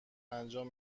انجام